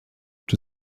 czy